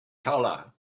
color